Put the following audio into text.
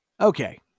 Okay